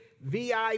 VIP